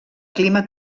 clima